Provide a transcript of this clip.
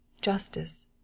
justice